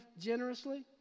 generously